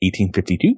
1852